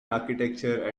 architecture